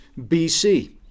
BC